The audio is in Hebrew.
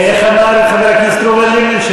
ואיך אמר חבר הכנסת ראובן ריבלין?